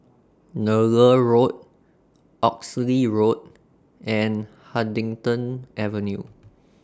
Nallur Road Oxley Road and Huddington Avenue